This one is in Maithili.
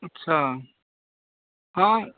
अच्छा हँ